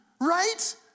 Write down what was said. right